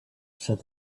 said